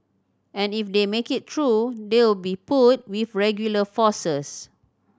and if they make it through they'll be put with regular forces